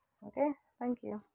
okay thank you